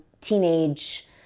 teenage